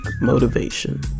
Motivation